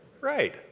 Right